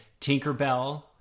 Tinkerbell